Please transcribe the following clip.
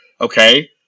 okay